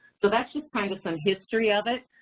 so that's just kind of some history of it.